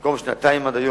במקום שנתיים עד היום.